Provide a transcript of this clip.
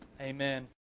Amen